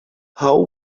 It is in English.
how